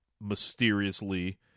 mysteriously